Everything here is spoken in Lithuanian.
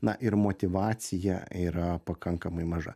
na ir motyvacija yra pakankamai maža